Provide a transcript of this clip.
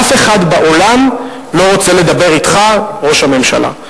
אף אחד בעולם לא רוצה לדבר אתך, ראש הממשלה.